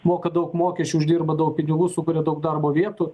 moka daug mokesčių uždirba daug pinigų sukuria daug darbo vietų